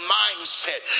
mindset